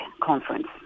Conference